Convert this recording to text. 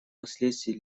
последствий